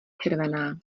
červená